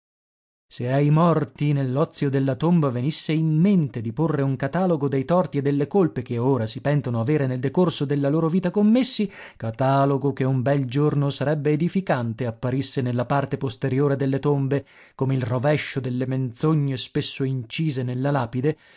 se ai morti nell'ozio della tomba venisse in mente di porre un catalogo dei torti e delle colpe che ora si pentono avere nel decorso della loro vita commessi catalogo che un bel giorno sarebbe edificante apparisse nella parte posteriore delle tombe come il rovescio delle menzogne spesso incise nella lapide